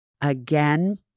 Again